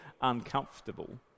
uncomfortable